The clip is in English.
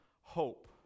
hope